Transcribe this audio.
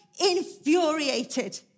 infuriated